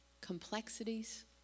complexities